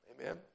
Amen